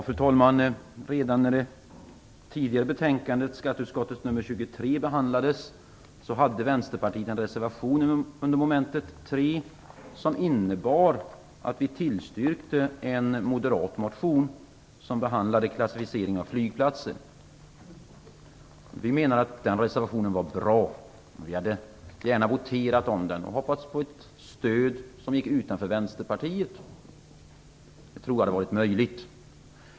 Fru talman! Redan när det tidigare betänkandet i ärendet, skatteutskottets betänkande nr 23, behandlades hade Vänsterpartiet en reservation under mom. 3, som innebar att vi tillstyrkte en moderat motion som behandlade frågan om klassificering av flygplatser. Vi menar att den reservationen var bra, och vi hade gärna voterat om den och hoppats på ett stöd som gick utanför Vänsterpartiet. Jag tror att det hade varit möjligt.